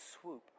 swoop